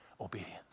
obedience